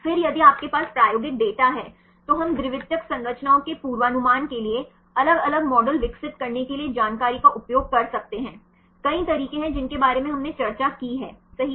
फिर यदि आपके पास प्रायोगिक डेटा है तो हम द्वितीयक संरचनाओं के पूर्वानुमान के लिए अलग अलग मॉडल विकसित करने के लिए जानकारी का उपयोग कर सकते हैं कई तरीके हैं जिनके बारे में हमने चर्चा की है सही